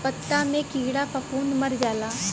पत्ता मे कीड़ा फफूंद मर जाला